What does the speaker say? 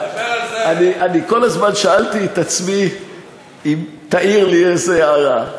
אני כל הזמן שאלתי את עצמי אם תעיר לי איזו הערה,